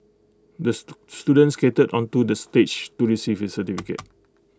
the student skated onto the stage to receive his certificate